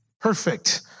perfect